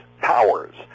Powers